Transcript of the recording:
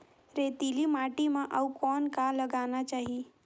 रेतीली माटी म अउ कौन का लगाना चाही?